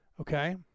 Okay